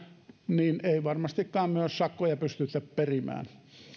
niin ei varmastikaan myös sakkoja pystytä perimään